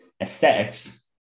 aesthetics